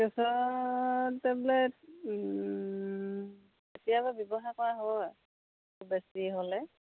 গেছৰ টেবলেট কেতিয়াবা ব্যৱহাৰ কৰা হয় বেছি হ'লে